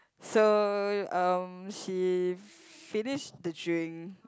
so um she finish the drink